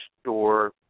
store